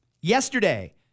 Yesterday